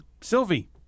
Sylvie